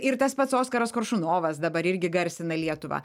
ir tas pats oskaras koršunovas dabar irgi garsina lietuvą